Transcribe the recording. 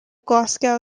glasgow